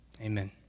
Amen